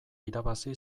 irabazi